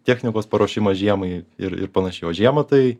technikos paruošimas žiemai ir ir panašiai o žiemą tai